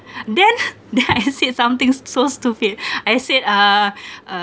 then then I said something s~ so stupid I said uh